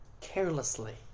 carelessly